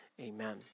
amen